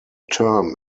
term